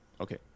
okay